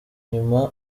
nyuma